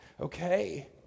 okay